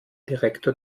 direktor